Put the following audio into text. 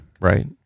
right